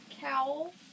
cowl